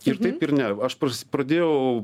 ir taip ir ne aš pras pradėjau